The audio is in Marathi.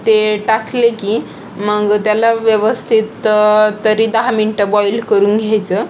ते टाकले की मग त्याला व्यवस्थित तरी दहा मिनटं बॉईल करून घ्यायचं